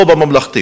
או הממלכתי.